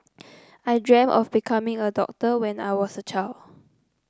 I dreamt of becoming a doctor when I was a child